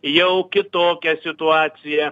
jau kitokią situaciją